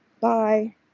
Bye